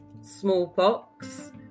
smallpox